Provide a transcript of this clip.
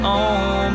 on